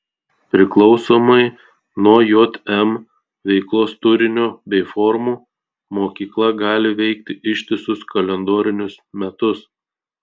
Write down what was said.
priklausomai nuo jm veiklos turinio bei formų mokykla gali veikti ištisus kalendorinius metus